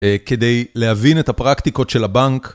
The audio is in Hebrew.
כדי להבין את הפרקטיקות של הבנק.